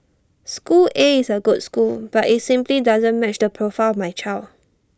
school A is A good school but IT simply doesn't match the profile my child